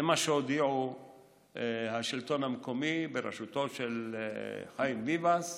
זה מה שהודיעו מהמרכז לשלטון מקומי בראשותו של חיים ביבס,